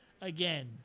again